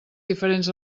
diferents